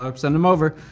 um send them over.